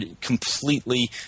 completely